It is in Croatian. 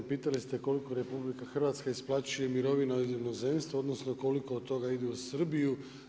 Pitali ste koliko RH isplaćuje mirovina iz inozemstva, odnosno koliko od toga ide u Srbiju.